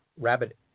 rabbit